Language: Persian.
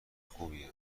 خوبیه